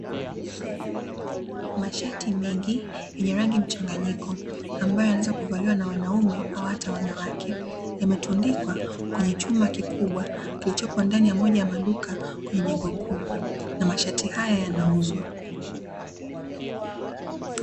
Mashati mengi yenye rangi mchanganyiko, ambayo yanaweza kuvaliwa na wanaume au hata wanawake, yametundikwa kwenye chuma kikubwa kichopo ndani ya moja ya maduka kwenye jengo kubwa, na mashati haya yanauzwa.